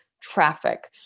traffic